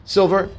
Silver